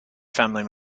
family